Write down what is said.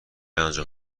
انجام